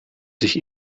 sich